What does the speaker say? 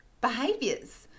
behaviors